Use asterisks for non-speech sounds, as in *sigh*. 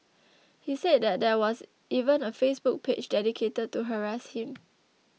*noise* he said that there was even a Facebook page dedicated to harass him